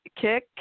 kick